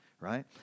Right